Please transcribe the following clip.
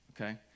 Okay